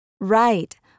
Right